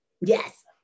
Yes